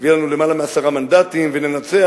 ויהיו לנו למעלה מעשרה מנדטים וננצח,